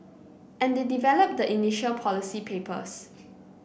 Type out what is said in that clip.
and they develop the initial policy papers